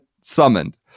summoned